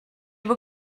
will